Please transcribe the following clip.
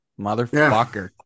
Motherfucker